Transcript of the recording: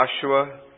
Joshua